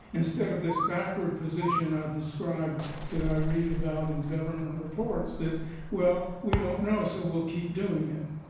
instead of this backward position i described that i read about in government reports that well, we don't know so we'll keep doing it.